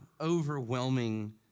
overwhelming